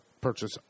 purchase